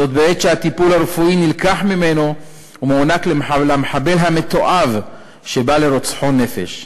זאת בעת שהטיפול הרפואי נלקח ממנו ומוענק למחבל המתועב שבא לרוצחו נפש.